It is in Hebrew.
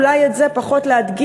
אולי את זה פחות להדגיש,